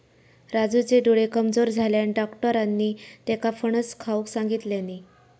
राजूचे डोळे कमजोर झाल्यानं, डाक्टरांनी त्येका फणस खाऊक सांगितल्यानी